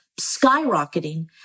skyrocketing